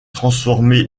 transformé